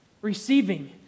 Receiving